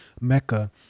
Mecca